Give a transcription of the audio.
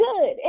good